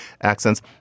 accents